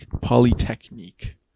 Polytechnique